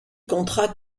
contrat